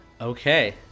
Okay